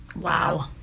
Wow